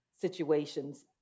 situations